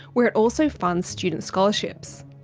where it also funds student scholarships.